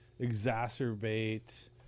exacerbate